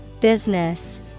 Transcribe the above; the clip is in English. Business